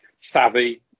savvy